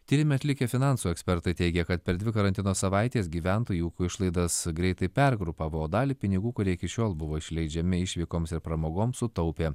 tyrimą atlikę finansų ekspertai teigia kad per dvi karantino savaites gyventojų išlaidas greitai pergrupavo dalį pinigų kurie iki šiol buvo išleidžiami išvykoms ir pramogoms sutaupė